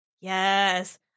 Yes